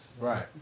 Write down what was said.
Right